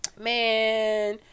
man